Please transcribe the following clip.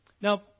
Now